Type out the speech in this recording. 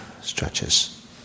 stretches